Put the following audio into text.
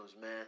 man